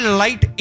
light